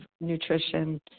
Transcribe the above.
nutrition